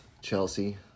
Chelsea